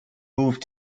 moved